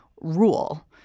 rule